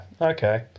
okay